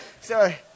sorry